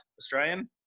Australian